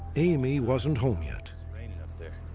amy wasn't home yet. it's raining up there.